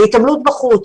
ההתעמלות בחוץ,